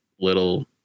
little